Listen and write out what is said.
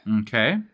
Okay